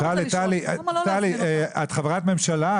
טלי, את חברת ממשלה.